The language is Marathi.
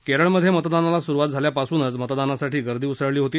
केरळमधे मतदानाला सुरुवात झाल्यापासूनच मतदानासाठी गर्दी उसळली होती